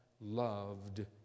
loved